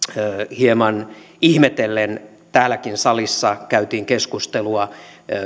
hieman ihmetellen täälläkin salissa käytiin keskustelua